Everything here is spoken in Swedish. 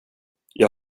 jag